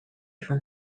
from